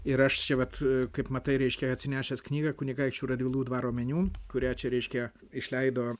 ir aš čia vat kaip matai reiškia atsinešęs knygą kunigaikščių radvilų dvaro meniu kurią čia reiškia išleido